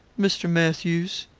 mr. matthews.